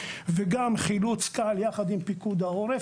וגם חילוץ קל יחד עם פיקוד העורף,